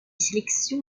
sélection